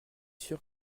sûr